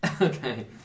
Okay